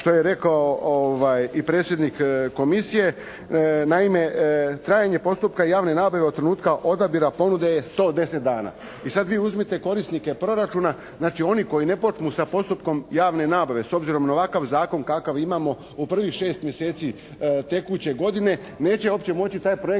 što je rekao i predsjednik Komisije. Naime, trajanje postupka javne nabave od trenutka odabira ponude je 110 dana. I sad vi uzmite korisnike proračuna, znači oni koji ne počmu sa postupkom javne nabave, s obzirom na ovakav zakon kakav imamo u prvih 6 mjeseci tekuće godine neće uopće moći taj projekt